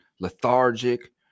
lethargic